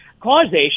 causation